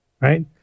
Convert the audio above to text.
Right